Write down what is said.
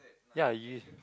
ya you